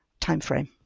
timeframe